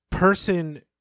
person